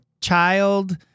child